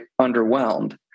underwhelmed